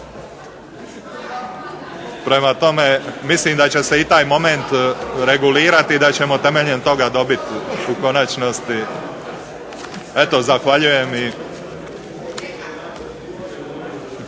Prema tome, mislim da će se i taj moment regulirati i da ćemo temeljem toga dobiti u konačnosti. Eto, zahvaljujem.